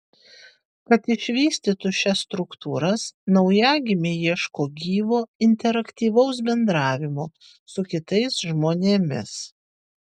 kad išvystytų šias struktūras naujagimiai ieško gyvo interaktyvaus bendravimo su kitais žmonėmis